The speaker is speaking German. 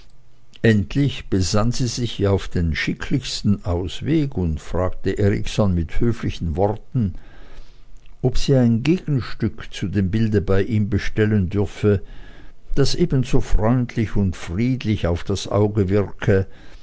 endlich besann sie sich auf den schicklichsten ausweg und fragte erikson mit höflichen worten ob sie ein gegenstück zu dem bilde bei ihm bestellen dürfe das ebenso freundlich und friedlich auf das auge wirke